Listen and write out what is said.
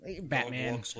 batman